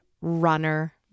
runner